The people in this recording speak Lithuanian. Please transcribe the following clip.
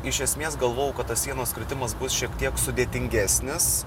iš esmės galvojau kad tas sienos kritimas bus šiek tiek sudėtingesnis